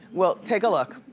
well, take a look.